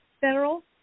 federal